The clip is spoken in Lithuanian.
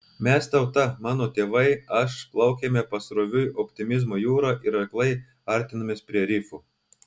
mes tauta mano tėvai aš plaukėme pasroviui optimizmo jūra ir aklai artinomės prie rifų